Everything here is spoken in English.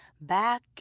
back